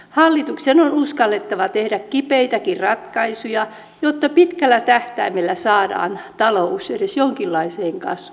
hallituksen on uskallettava tehdä kipeitäkin ratkaisuja jotta pitkällä tähtäimellä saadaan talous edes jonkinlaiseen kasvuun